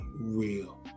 real